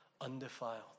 undefiled